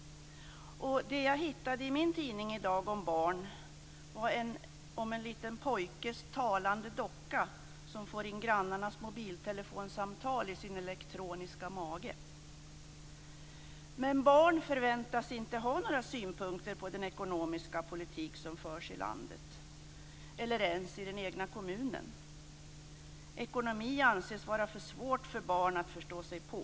Och det jag hittade i min tidning i dag om barn var om en liten pojkes talande docka, som för in grannarnas mobiltelefonsamtal i sin elektroniska mage. Barn förväntas inte ha några synpunkter på den ekonomiska politik som förs i landet eller ens i den egna kommunen. Ekonomi anses vara för svårt för barn att förstå sig på.